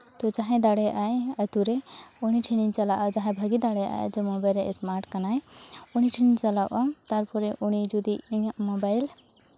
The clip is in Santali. ᱛᱚ ᱡᱟᱦᱟᱸᱭ ᱫᱟᱲᱮᱭᱟᱜ ᱟᱭ ᱟᱛᱳᱨᱮ ᱩᱱᱤ ᱴᱷᱮᱱᱤᱧ ᱪᱟᱞᱟᱜᱼᱟ ᱡᱟᱦᱟᱸᱭ ᱵᱷᱟᱜᱮ ᱫᱟᱲᱮᱭᱟᱜ ᱟᱭ ᱡᱮᱢᱚᱱ ᱢᱳᱵᱟᱭᱤᱞ ᱨᱮᱱ ᱥᱢᱟᱨᱴ ᱠᱟᱱᱟᱭ ᱩᱱᱤ ᱴᱷᱮᱱᱤᱧ ᱪᱟᱞᱟᱜᱼᱟ ᱛᱟᱨᱯᱚᱨᱮ ᱩᱱᱤ ᱡᱩᱫᱤ ᱤᱧᱟᱹᱜ ᱢᱳᱵᱟᱭᱤᱞ